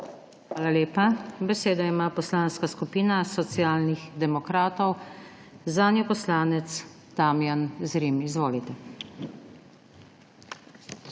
Hvala lepa. Besedo ima Poslanska skupina Socialnih demokratov, zanjo poslanec Damijan Zrim. Izvolite.